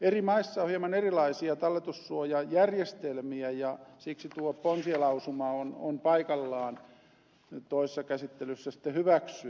eri maissa on hieman erilaisia talletussuojajärjestelmiä ja siksi tuo ponsilausuma on paikallaan toisessa käsittelyssä sitten hyväksyä